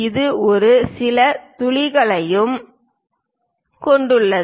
இது ஒரு சில துளைகளையும் கொண்டுள்ளது